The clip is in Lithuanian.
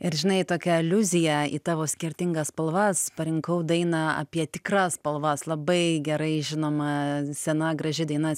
ir žinai tokia aliuzija į tavo skirtingas spalvas parinkau dainą apie tikras spalvas labai gerai žinoma sena graži daina